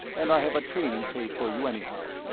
and i have a training tape for you anyhow.